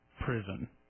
prison